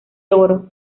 oro